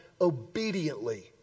obediently